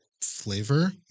flavor